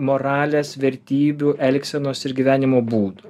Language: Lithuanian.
moralės vertybių elgsenos ir gyvenimo būdo